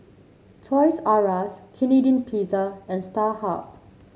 Toys R Us Canadian Pizza and Starhub